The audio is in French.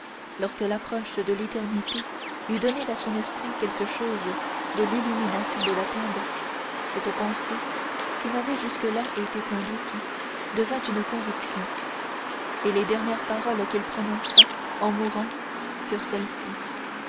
lorsque l'approche de l'éternité eût donné à son esprit quelque chose de l'illumination de la tombe cette pensée qui n'avait jusque-là été qu'un doute devint une conviction et les dernières paroles qu'il prononça en mourant furent celles-ci